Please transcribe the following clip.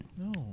No